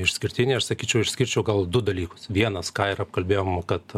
išskirtiniai aš sakyčiau išskirčiau gal du dalykus vienas ką ir apkalbėjom kad